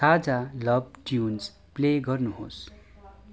ताजा love tunes play गर्नुहोस्